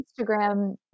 Instagram